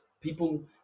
people